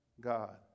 God